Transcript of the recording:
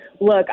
look